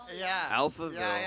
Alphaville